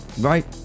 Right